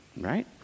right